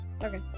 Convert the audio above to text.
okay